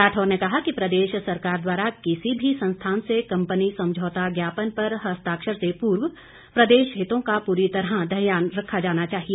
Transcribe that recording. राठौर ने कहा कि प्रदेश सरकार द्वारा किसी भी संस्थान से कंपनी समझौता ज्ञापन पर हस्ताक्षर से पूर्व प्रदेश हितों का पूरी तरह ध्यान रखा जाना चाहिए